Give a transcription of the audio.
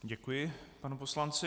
Děkuji panu poslanci.